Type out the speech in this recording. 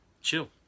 chill